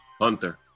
Hunter